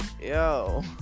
Yo